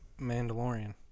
Mandalorian